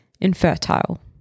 infertile